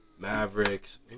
Mavericks